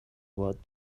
what